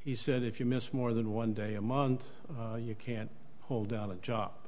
he said if you miss more than one day a month you can't hold down a job